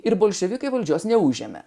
ir bolševikai valdžios neužėmė